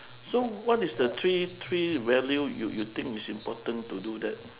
so what is the three three value you you think is important to do that